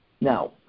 Now